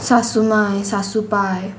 सासु मांय सासू पाय